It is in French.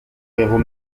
héros